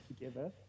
together